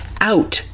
out